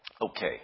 Okay